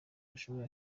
bashoboye